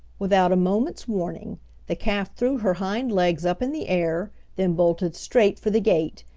without a moment's warning the calf threw her hind legs up in the air, then bolted straight for the gate,